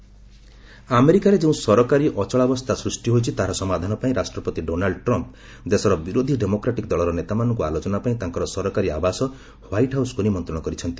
Trump shutdown ଆମେରିକାରେ ଯେଉଁ ସରକାରୀ ଅଚଳାବସ୍ଥା ସୃଷ୍ଟି ହୋଇଛି ତାହାର ସମାଧାନପାଇଁ ରାଷ୍ଟ୍ରପତି ଡୋନାଲ୍ଡ ଟ୍ରମ୍ପ୍ ଦେଶର ବିରୋଧୀ ଡେମୋକ୍ରାଟିକ୍ ଦଳର ନେତାମାନଙ୍କୁ ଆଲୋଚନାପାଇଁ ତାଙ୍କର ସରକାରୀ ଆବାସ ହ୍ବାଇଟ୍ ହାଉସ୍କୁ ନିମନ୍ତ୍ରଣ କରିଛନ୍ତି